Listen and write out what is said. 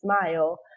smile